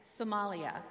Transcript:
Somalia